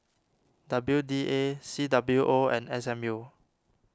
W D A C W O and S M U